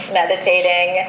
meditating